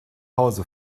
hause